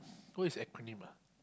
what is acronym ah